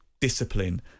discipline